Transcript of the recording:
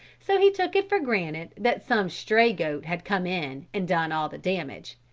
so he took it for granted that some stray goat had come in and done all the damage,